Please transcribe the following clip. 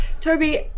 Toby